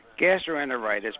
gastroenteritis